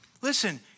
Listen